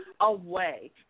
away